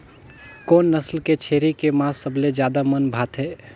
कोन नस्ल के छेरी के मांस सबले ज्यादा मन भाथे?